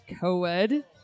co-ed